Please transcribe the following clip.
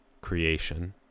creation